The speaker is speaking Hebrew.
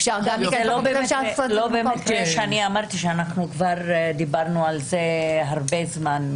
לא במקרה אמרתי שכבר דיברנו על זה הרבה זמן,